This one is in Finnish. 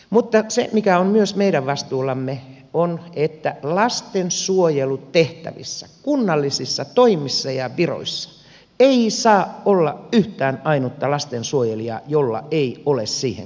mutta se mikä on myös meidän vastuullamme on että lastensuojelutehtävissä kunnallisissa toimissa ja viroissa ei saa olla yhtään ainutta lastensuojelijaa jolla ei ole siihen kompetenssia